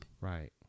right